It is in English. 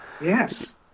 Yes